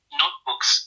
notebooks